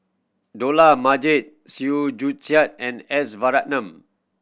Dollah Majid Chew Joo Chiat and S Varathan